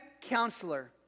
counselor